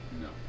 No